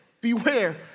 beware